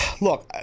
look